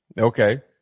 Okay